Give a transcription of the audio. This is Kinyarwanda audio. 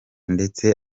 ndetse